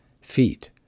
feet